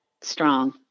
strong